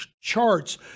charts